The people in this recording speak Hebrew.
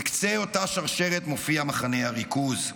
בקצה אותה שרשרת מופיע מחנה הריכוז.